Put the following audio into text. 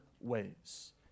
ways